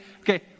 okay